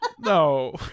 No